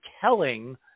telling